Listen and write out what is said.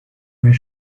where